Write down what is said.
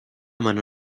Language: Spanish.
mano